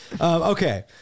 Okay